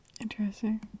Interesting